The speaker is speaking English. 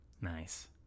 Nice